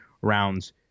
rounds